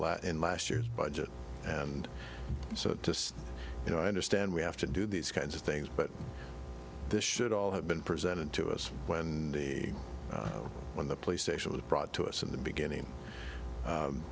lot in last year's budget and so you know i understand we have to do these kinds of things but this should all have been presented to us when the when the play station was brought to us in the beginning